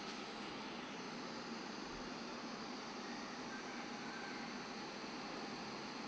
huh